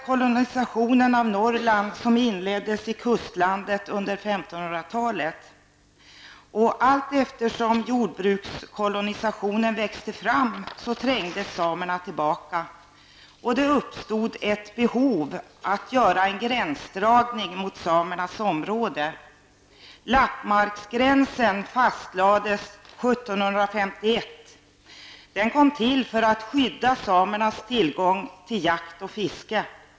Kolonisationen av Norrland inleddes i kustlandet under 1500-talet. Allteftersom jordbrukskolonisationen växte fram trängdes samerna tillbaka och det uppstod ett behov av att göra en gränsdragning mot samernas område. Lappmarksgränsen fastlades 1751. Den kom till för att skydda samernas tillgång till jakt och fiske.